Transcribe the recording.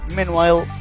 Meanwhile